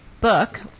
book